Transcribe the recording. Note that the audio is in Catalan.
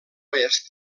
oest